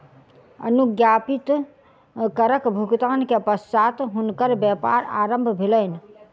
अनुज्ञप्ति करक भुगतान के पश्चात हुनकर व्यापार आरम्भ भेलैन